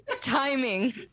timing